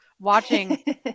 watching